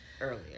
earlier